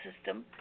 system